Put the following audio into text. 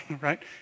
Right